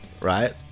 right